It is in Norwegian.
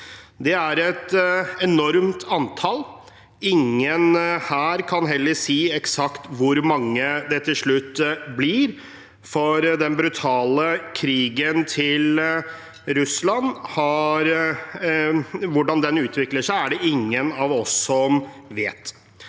Det er et enormt antall. Ingen her kan heller si eksakt hvor mange det til slutt blir, for hvordan den brutale krigen til Russland utvikler seg, er det ingen av oss som vet.